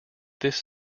this